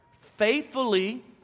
faithfully